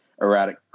erratic